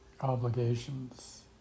obligations